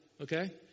okay